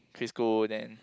quit school then